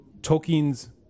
Tolkien's